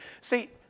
See